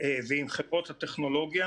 ועם חברות הטכנולוגיה,